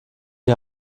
die